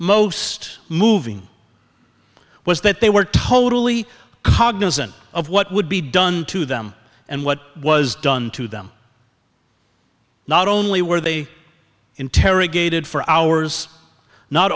most moving was that they were totally cognizant of what would be done to them and what was done to them not only were they interrogated for hours not